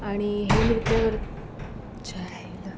आणि हे नृत्य च्या आईला